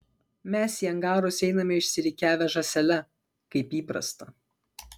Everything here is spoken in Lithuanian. mes į angarus einame išsirikiavę žąsele kaip įprasta